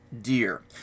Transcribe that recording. dear